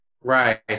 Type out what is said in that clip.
Right